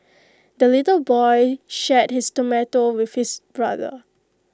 the little boy shared his tomato with his brother